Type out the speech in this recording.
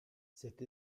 cette